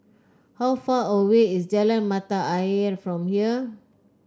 how far away is Jalan Mata Ayer from here